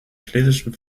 schlesischen